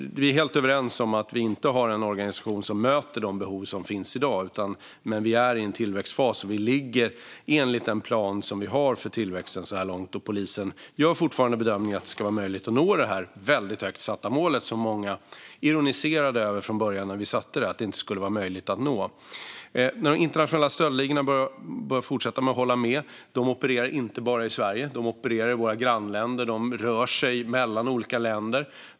Vi är helt överens om att vi inte har en organisation som möter de behov som finns i dag, men vi är i en tillväxtfas. Vi ligger i enlighet med den plan som vi har för tillväxten så här långt. Polisen gör fortfarande bedömningen att det ska vara möjligt att nå det här väldigt högt satta målet. När vi satte upp målet var det många som ironiserade över det och sa att det inte var möjligt att nå. När det gäller de internationella stöldligorna håller jag också med. De opererar inte bara i Sverige utan även i våra grannländer. De rör sig mellan olika länder.